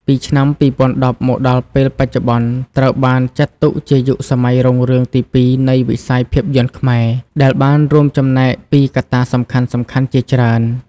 ពីឆ្នាំ២០១០មកដល់ពេលបច្ចុប្បន្ន ត្រូវបានចាត់ទុកជាយុគសម័យរុងរឿងទីពីរនៃវិស័យភាពយន្តខ្មែរ ដែលបានរួមចំណែកពីកត្តាសំខាន់ៗជាច្រើន។